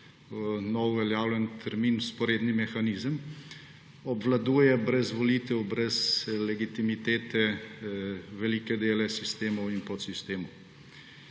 nov uveljavljen termin, vzporedni mehanizem obvladuje brez volitev, brez legitimitete velike dele sistemov in podsistemov.